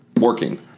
working